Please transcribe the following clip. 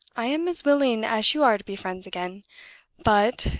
i am as willing as you are to be friends again but,